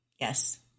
Yes